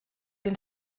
den